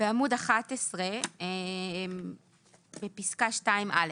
בעמוד 11 בפסקה (2א),